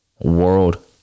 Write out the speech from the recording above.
world